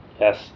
Yes